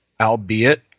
albeit